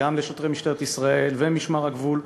גם לשוטרי משטרת ישראל ומשמר הגבול,